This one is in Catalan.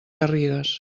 garrigues